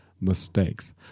mistakes